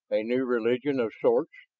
a new religion of sorts,